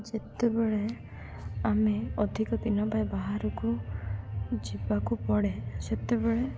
ଯେତେବେଳେ ଆମେ ଅଧିକ ଦିନ ପାଇଁ ବାହାରକୁ ଯିବାକୁ ପଡ଼େ ସେତେବେଳେ